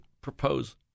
propose